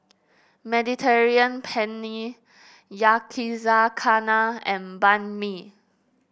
Mediterranean Penne Yakizakana and Banh Mi